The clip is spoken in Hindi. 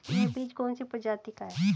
यह बीज कौन सी प्रजाति का है?